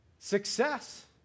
success